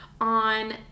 on